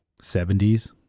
70s